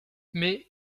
mais